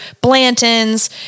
Blanton's